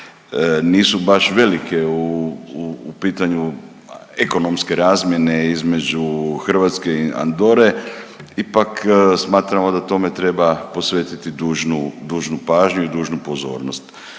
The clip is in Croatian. nisu baš velike u pitanju ekonomske razmjene između Hrvatske i Andore, ipak smatramo da tome treba posvetiti dužnu pažnju i dužnu pozornost.